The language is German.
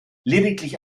lediglich